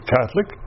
Catholic